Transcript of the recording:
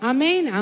Amen